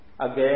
Again